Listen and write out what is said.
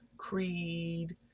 creed